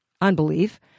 unbelief